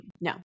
No